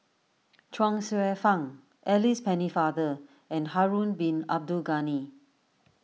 Chuang Hsueh Fang Alice Pennefather and Harun Bin Abdul Ghani